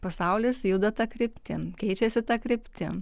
pasaulis juda ta kryptim keičiasi ta kryptim